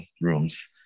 rooms